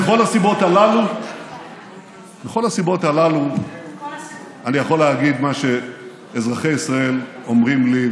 מכל הסיבות הללו אני יכול להגיד מה שאזרחי ישראל אומרים לי,